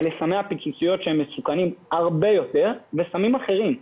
הם סמי הפיצוציות שמסוכנים הרבה יותר וסמים אחרים.